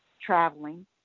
traveling